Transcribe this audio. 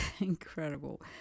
incredible